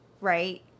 right